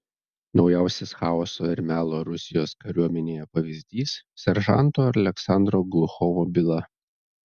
naujausias chaoso ir melo rusijos kariuomenėje pavyzdys seržanto aleksandro gluchovo byla